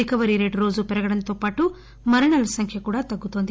recovery rate రోజు పెరగడంతో పాటు మరణాల సంఖ్య కూడా తగ్గుతోంది